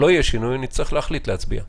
אם לא יהיה שינוי, נצטרך להחליט כיצד להצביע.